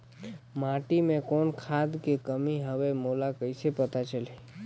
माटी मे कौन खाद के कमी हवे मोला कइसे पता चलही?